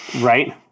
Right